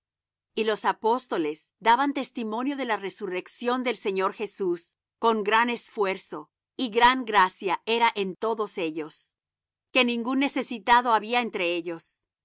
y los apóstoles daban testimonio de la resurrección del señor jesús con gran esfuerzo y gran gracia era en todos ellos que ningún necesitado había entre ellos